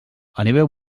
animeu